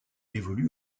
évolue